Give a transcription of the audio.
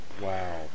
Wow